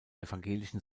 evangelischen